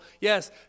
Yes